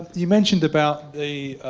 you mentioned about the